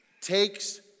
takes